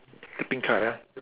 the pink colour